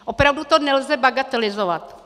Opravdu to nelze bagatelizovat.